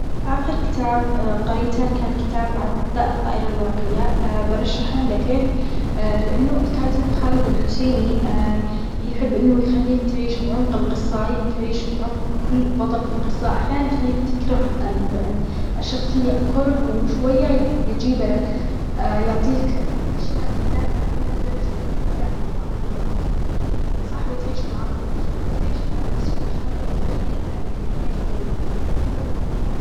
آخر كتاب قريته كان كتاب عداء الطائرة الورقية، برشحه لك ليش لأنه الكاتب خالد الحسيني يحب أنه يخليك تعيش بعمق القصة أى تعيش بعمق كل بطل في القصة، أحيانا يخليك تكره ال الشخصية كره وشوية يجيبها لك يعطيك أشياء يدافع عنها لدرجة أن تجول لأ والله أنا ظلمته، صح بتعيش معاهم حزن بتعيش فرح بس بالأخ-بالأخير النهاية جدا مرظية أو مقنعة.